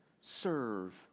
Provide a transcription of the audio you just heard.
Serve